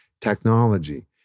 technology